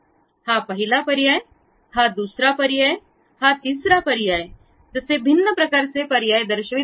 हा पहिला पर्याय दुसरा पर्याय तिसरा पर्याय जसे भिन्न प्रकारचे पर्याय दर्शवितो